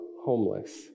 homeless